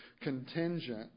contingent